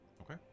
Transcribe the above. Okay